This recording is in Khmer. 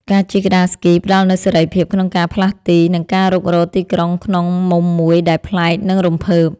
ការជិះក្ដារស្គីផ្ដល់នូវសេរីភាពក្នុងការផ្លាស់ទី និងការរុករកទីក្រុងក្នុងមុំមួយដែលប្លែក និងរំភើប។